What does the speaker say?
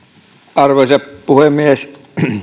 arvoisa puhemies